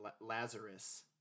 Lazarus